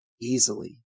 easily